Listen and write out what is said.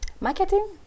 marketing